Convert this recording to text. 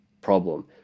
problem